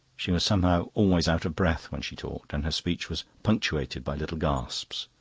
she was somehow always out of breath when she talked. and her speech was punctuated by little gasps.